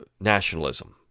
nationalism